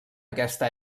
aquesta